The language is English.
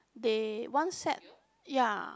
they one set ya